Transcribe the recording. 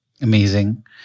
Amazing